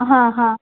हां हां